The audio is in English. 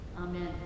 Amen